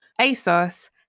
ASOS